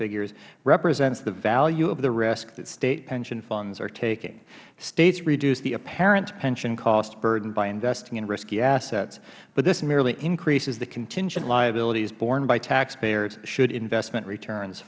figures represents the value of the risk that state pension funds are taking states reduce the apparent pension cost burden by investing in risky assets but this merely increases the contingent liabilities borne by taxpayers should investment returns